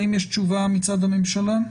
האם יש תשובה מצד הממשלה?